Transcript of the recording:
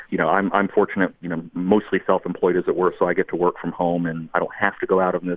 you know, i'm i'm fortunate, you know, mostly self-employed as it were, so i get to work from home. and i don't have to go out in this.